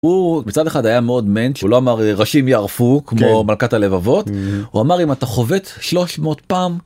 הוא מצד אחד היה מאוד מענטש הוא לא אמר ראשים יערפו, כמו מלכת הלבבות, הוא אמר אם אתה חוות 300 פעם...